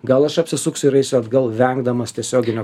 gal aš apsisuksiu ir eisiu atgal vengdamas tiesioginio